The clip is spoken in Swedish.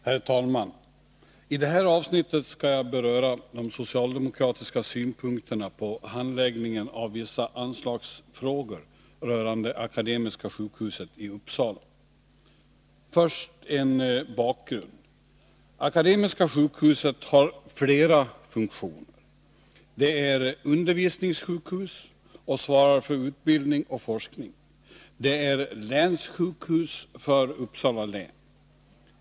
Herr talman! I det här avsnittet skall jag beröra de socialdemokratiska synpunkterna på handläggningen av vissa anslagsfrågor rörande Akademiska sjukhuset i Uppsala. Först en bakgrund: Akademiska sjukhuset har flera funktioner. Det är undervisningssjukhus och svarar för utbildning och forskning. Det är länssjukhus för Uppsala län.